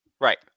Right